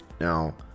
Now